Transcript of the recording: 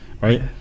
right